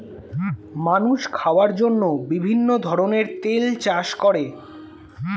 মানুষ খাওয়ার জন্য বিভিন্ন ধরনের তেল চাষ করে